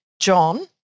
John